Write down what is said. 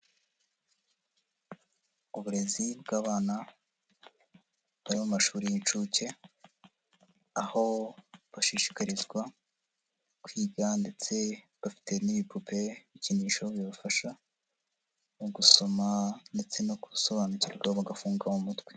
Uburezi bw'abana bari mu mashuri y'inshuke, aho bashishikarizwa kwiga ndetse bafite n'ibipupe ibikinisho bibafasha mu gusoma ndetse no gusobanukirwa bagafunguka mu umutwe.